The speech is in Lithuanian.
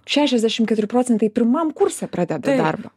šešiasdešimt keturi procentai pirmam kurse pradeda darbą